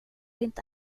inte